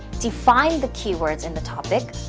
define the keywords in the topic,